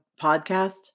podcast